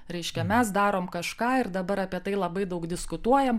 reiškia mes darom kažką ir dabar apie tai labai daug diskutuojam